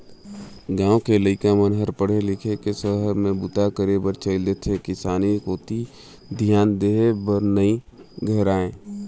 गाँव के लइका मन हर पढ़ लिख के सहर में बूता करे बर चइल देथे किसानी कोती धियान देय बर नइ धरय